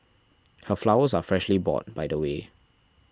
her flowers are freshly bought by the way